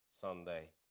Sunday